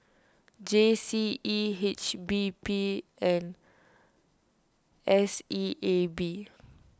G C E H P B and S E A B